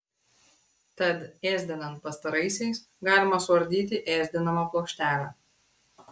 tad ėsdinant pastaraisiais galima suardyti ėsdinamą plokštelę